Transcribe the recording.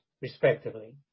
respectively